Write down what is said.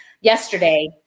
yesterday